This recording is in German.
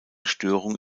störung